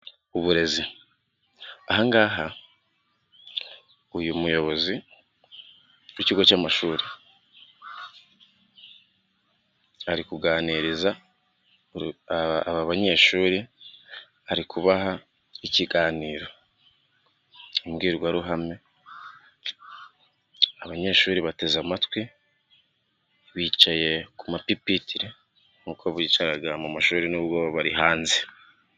Uburezi. Ahangaha uyu muyobozi w'ikigo cy'amashuri, arikuganiriza aba banyeshuri ari kubaha ikiganiro, imbwirwaruhame. Abanyeshuri bateze amatwi, bicaye ku mapipitire nkuko bicara mu mashuri nubwo baba bari hanze.